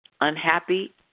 unhappy